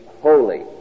holy